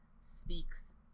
speaks